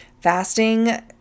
Fasting